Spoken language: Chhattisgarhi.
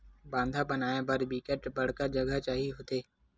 बांधा बनाय बर बिकट बड़का जघा चाही होथे